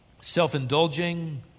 self-indulging